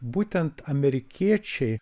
būtent amerikiečiai